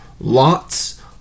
lots